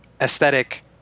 aesthetic